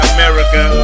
America